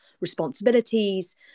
responsibilities